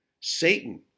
Satan